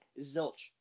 zilch